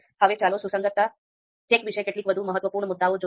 હવે ચાલો સુસંગતતા ચેક વિશે કેટલાક વધુ મહત્વપૂર્ણ મુદ્દા જોઈએ